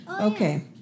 Okay